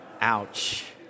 Ouch